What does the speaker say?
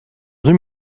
deux